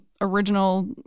original